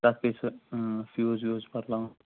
تَتھ پیٚیہِ سُہ ٲ فیوٗز ویوٗز بَدلاوُن